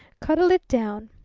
cuddle it down!